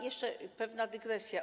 Jeszcze pewna dygresja.